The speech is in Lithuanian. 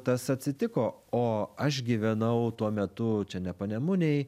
tas atsitiko o aš gyvenau tuo metu čia ne panemunėj